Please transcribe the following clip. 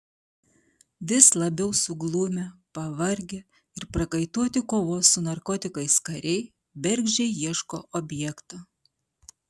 vis labiau suglumę pavargę ir prakaituoti kovos su narkotikais kariai bergždžiai ieško objekto